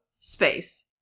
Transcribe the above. space